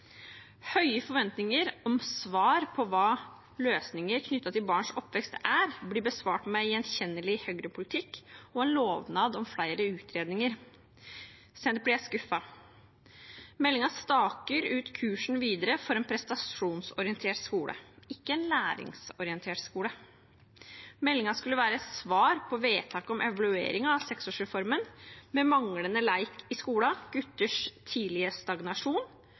Høye forventninger om svar på hva løsningen knyttet til barns oppvekst er, blir besvart med gjenkjennelig høyrepolitikk og lovnad om flere utredninger. Senterpartiet er skuffet. Meldingen staker ut kursen videre for en prestasjonsorientert skole – ikke en læringsorientert skole. Meldingen skulle være et svar på vedtak om evaluering av 6-årsreformen med manglende lek i skolen, gutters tidlige stagnasjon,